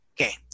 Okay